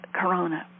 corona